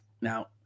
Now